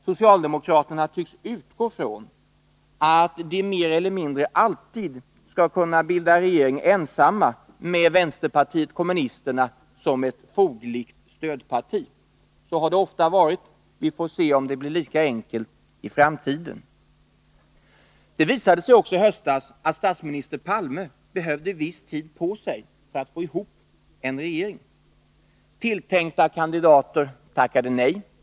Socialdemokraterna tycks utgå från att de mer eller mindre alltid skall kunna bilda regering ensamma med vänsterpartiet kommunisterna som ett fogligt stödparti. Så har det ofta varit. Vi får se om det blir lika enkelt i framtiden. Det visade sig också i höstas att statsminister Palme behövde viss tid på sig för att få ihop en regering. Tilltänkta kandidater tackade nej.